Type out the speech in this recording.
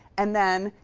and then,